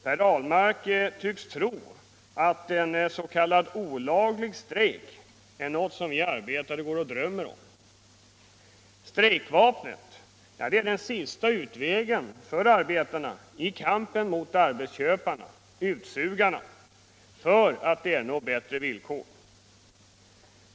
Per Ahlmark tycks tro att en s.k. olaglig strejk är något som vi arbetare går och drömmer om. Strejkvapnet är den sista utvägen för arbetarna i kampen mot arbetsköparna, utsugarna, för att ernå bättre villkor.